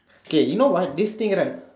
K you know what this thing right